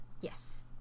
Yes